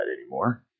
anymore